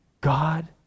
God